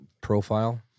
profile